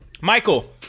Michael